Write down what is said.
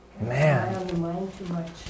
Man